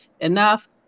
enough